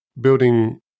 building